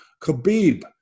Khabib